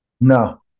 No